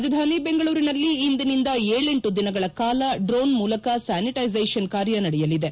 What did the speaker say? ರಾಜಧಾನಿ ಬೆಂಗಳೂರಿನಲ್ಲಿ ಇಂದಿನಿಂದ ಏಳೆಂಟು ದಿನಗಳ ಕಾಲ ಡ್ರೋಣ್ ಮೂಲಕ ಸ್ಥಾನಿಟೈಸೇಷನ್ ಕಾರ್ಯ ನಡೆಯಲಿದೆ